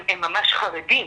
הם ממש חרדים